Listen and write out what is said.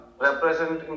representing